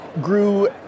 grew